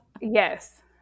yes